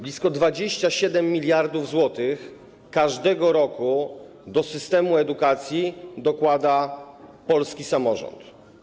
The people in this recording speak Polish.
Blisko 27 mld zł każdego roku do systemu edukacji dokłada polski samorząd.